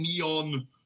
neon